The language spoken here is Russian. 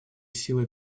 сила